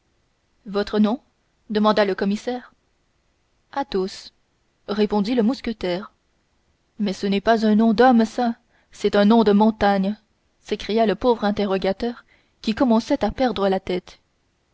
votre nom demanda le commissaire athos répondit le mousquetaire mais ce n'est pas un nom d'homme ça c'est un nom de montagne s'écria le pauvre interrogateur qui commençait à perdre la tête